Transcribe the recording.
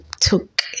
took